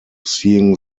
seeing